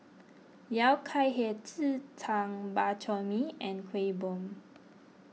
Yao Cai Hei Ji Tang Bak Chor Mee and Kuih Bom